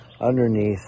underneath